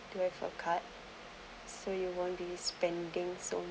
to have a card so you won't be spending so